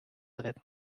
retten